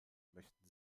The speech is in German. möchten